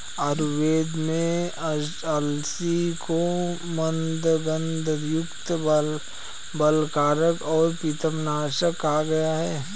आयुर्वेद में अलसी को मन्दगंधयुक्त, बलकारक और पित्तनाशक कहा गया है